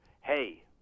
Hey